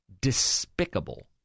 despicable